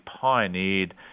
pioneered